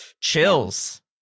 Chills